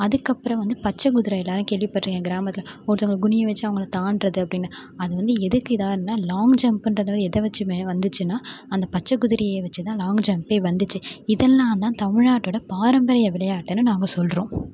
அதுக்கப்புறம் வந்து பச்சை குதிரை எல்லாரும் கேள்விப்பட்டிருக்கிங்க கிராமத்தில் ஒருத்தவங்களை குனிய வெச்சு அவங்களை தாண்டுறது அப்படின்னு அதை வந்து எதுக்கு ஏதான்ன லாங் ஜம்ப்புன்றதை எதை வச்சுமே வந்துச்சுன்னா அந்த பச்சை குதிரையை வெச்சுதான் லாங் ஜம்ப்பே வந்துச்சு இதெல்லாம் தான் தமிழ்நாட்டோடய பாரம்பரிய விளையாட்டுன்னு நாங்கள் சொல்கிறோம்